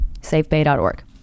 safebay.org